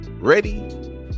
ready